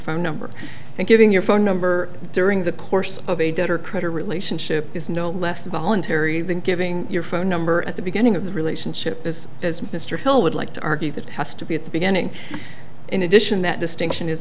phone number and giving your phone number during the course of a debtor critter relationship is no less voluntary than giving your phone number at the beginning of the relationship is as mr hill would like to argue that it has to be at the beginning in addition that distinction is